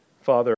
Father